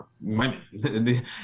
women